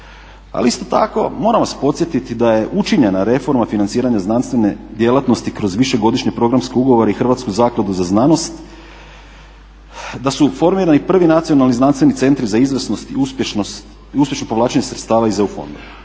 Ali isto tako moram vas podsjetiti da je učinjena reforma financiranja znanstvene djelatnosti kroz višegodišnje programske ugovore i Hrvatsku zakladu za znanost, da su formirani prvi nacionalni znanstveni centri za izvrsnost i uspješno povlačenje sredstava iz EU fondova.